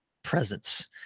presence